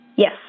Yes